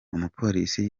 umupolisi